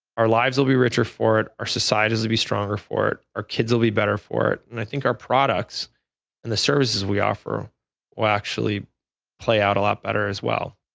our lives will be richer for it, our societies will be stronger for it, our kids will be better for it, and i think our products and the services we offer will actually play out a lot better as well.